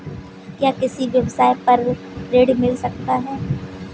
क्या किसी व्यवसाय पर ऋण मिल सकता है?